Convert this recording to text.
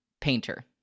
painter